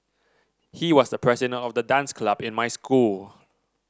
he was the president of the dance club in my school